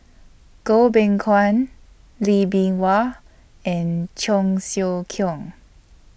Goh Beng Kwan Lee Bee Wah and Cheong Siew Keong